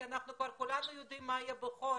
כי כולנו כבר יודעים מה יהיה בחורף.